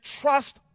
trust